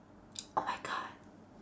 oh my god